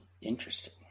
Interesting